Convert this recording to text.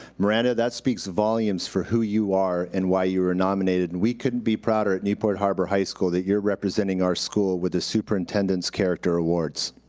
miranda, that speaks volumes for who you are and why you were nominated. and we couldn't be prouder at newport harbor high school that you're representing our school with the superintendent's character awards.